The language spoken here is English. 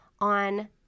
on